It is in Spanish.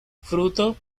fruto